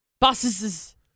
Bosses